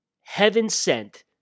heaven-sent